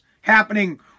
happening